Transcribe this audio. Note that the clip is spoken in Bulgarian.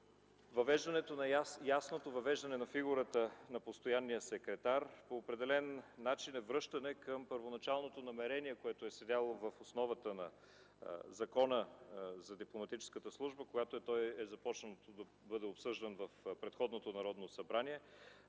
служба. Ясното въвеждане на фигурата на постоянния секретар по определен начин е връщане към първоначалното намерение, което е седяло в основата на Закона за дипломатическата служба, когато е започнало обсъждането му в предходното Народно събрание.